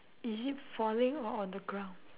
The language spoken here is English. is it falling or on the ground